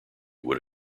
would